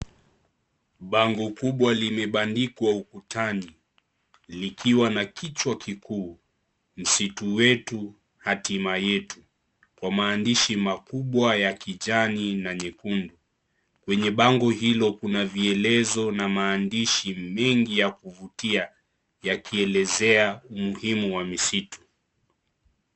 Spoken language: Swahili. Bango kubwa limepandikwa ukutani likiwa na kichwa kikuu msitu wetu hatima yetu kwa maandishi makubwa ya kijani na nyekundu. Kwenye bango hilo Kuna vielezo na maandishi mengi ya kuvutia ya kielezea umuhimu wa misitu.